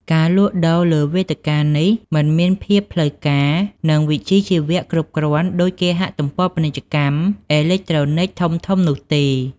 ការលក់ដូរលើវេទិកានេះមិនមានភាពផ្លូវការនិងវិជ្ជាជីវៈគ្រប់គ្រាន់ដូចគេហទំព័រពាណិជ្ជកម្មអេឡិចត្រូនិកធំៗនោះទេ។